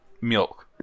milk